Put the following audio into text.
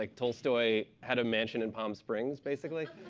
like tolstoy had a mansion in palm springs, basically.